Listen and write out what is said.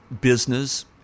business